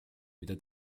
mida